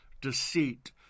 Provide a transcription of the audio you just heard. deceit